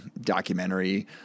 documentary